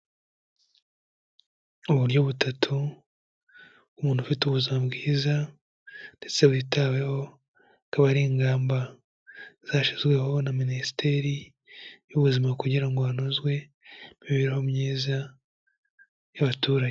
Uburyo butatu umuntu ufite ubuzima bwiza ndetse witaweho, akaba ari ingamba zashyizweho na minisiteri y'ubuzima kugira ngo hanozwe imibereho myiza y'abaturage.